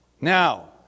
Now